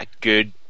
good